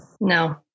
No